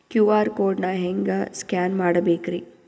QR code ನಾ ಹೆಂಗ scan ಮಾಡಬೇಕ್ರಿ?